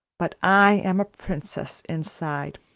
but i am a princess, inside.